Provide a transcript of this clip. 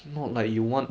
then I miss the shot